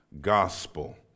gospel